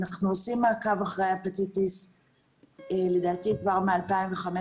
אנחנו עושים מעקב אחרי ההפטיטיס לדעתי כבר מ-2015,